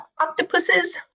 octopuses